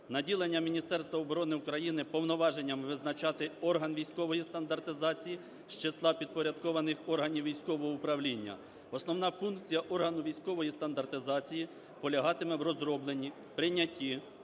наділення Міністерства оборони України повноваженнями визначати орган військової стандартизації з числа підпорядкованих органів військового управління. Основна функція органу військової стандартизації полягатиме в розробленні, прийняті,